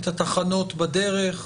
את התחנות בדרך?